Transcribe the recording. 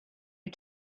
you